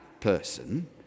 person